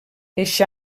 eixe